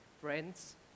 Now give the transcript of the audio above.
Friends